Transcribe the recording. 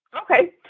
Okay